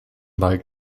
bike